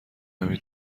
نمی